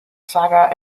saga